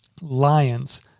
lions